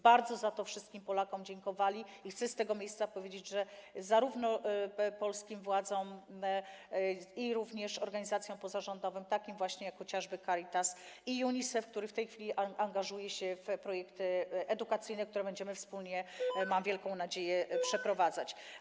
Bardzo za to wszystkim Polakom dziękowali, co chcę z tego miejsca powiedzieć, zarówno polskim władzom, jak i organizacjom pozarządowym, takim właśnie jak chociażby Caritas i UNICEF, który w tej chwili angażuje się w projekty edukacyjne, które będziemy wspólnie, mam wielką nadzieję, przeprowadzać.